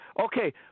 Okay